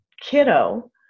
kiddo